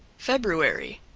february.